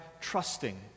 trusting